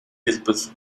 хэлбэл